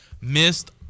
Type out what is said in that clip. missed